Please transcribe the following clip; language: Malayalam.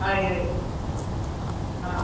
ആയി ആയി ആ